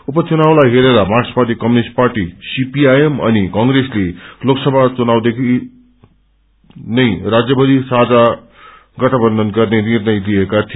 उपचुनावलाई हेरेर मार्क्सवादी communist party अनि कंप्रेसले लोकसभा चुनावपछि देखि नै राज्यभरि साझा गठबन्धन गर्ने निष्रय लिएको थियो